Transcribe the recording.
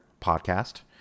Podcast